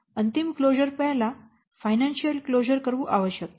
અંતિમ ક્લોઝર પહેલાં financial closure કરવું આવશ્યક છે